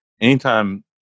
anytime